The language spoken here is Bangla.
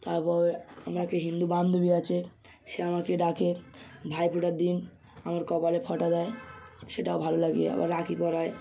তারপর আমার একটা হিন্দু বান্ধবী আছে সে আমাকে ডাকে ভাইফোঁটার দিন আমার কপালে ফোঁটা দেয় সেটাও ভালো লাগে আবার রাখি পরায়